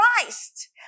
Christ